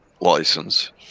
license